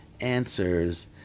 answers